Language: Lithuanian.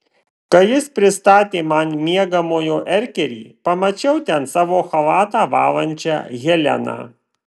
kai jis pristatė man miegamojo erkerį pamačiau ten savo chalatą valančią heleną